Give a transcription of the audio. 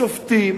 השופטים,